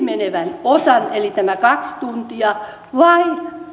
menevän osan eli tämän kaksi tuntia vai